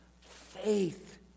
faith